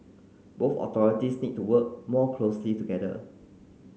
both authorities need to work more closely together